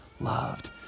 loved